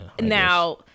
Now